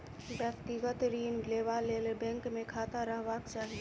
व्यक्तिगत ऋण लेबा लेल बैंक मे खाता रहबाक चाही